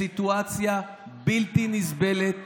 בסיטואציה בלתי נסבלת